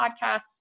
podcasts